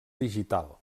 digital